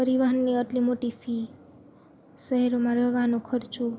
પરિવહનની અટલી મોટી ફી શહેરમાં રહેવાનો ખર્ચો